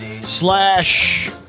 slash